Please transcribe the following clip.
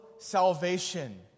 Salvation